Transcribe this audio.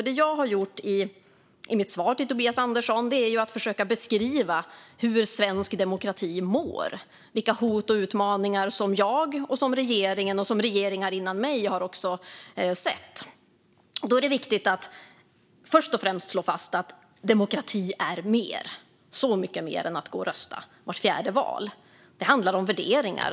Det jag har gjort i mitt svar till Tobias Andersson är att försöka beskriva hur svensk demokrati mår och vilket hot och vilka utmaningar som jag och regeringen och regeringar före denna har sett. Då är det viktigt att först och främst slå fast att demokrati är mer - så mycket mer - än att gå och rösta vart fjärde år. Det handlar om värderingar.